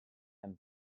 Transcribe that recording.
and